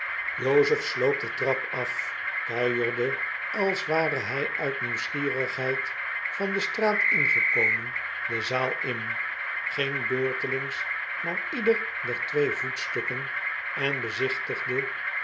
jozef sloop de trap af kuierde als ware h j uit nieuwsgierigheid vandestraatingekomen de zaal in ging beurtelings naar ieder der twee voetstukken en bezicntigde